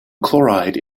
chloride